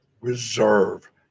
Reserve